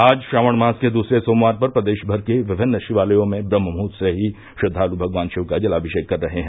आज श्रावण मास के दूसरे सोमवार पर प्रदेश भर के विभिन्न शिवालयों मे ब्रन्हमुहूर्त से ही श्रद्धालु भगवान शिव का जलाभिषेक कर रहे हैं